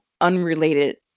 unrelated